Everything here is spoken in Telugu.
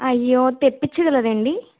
అయ్యో తెప్పించగలరా అండి